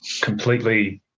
completely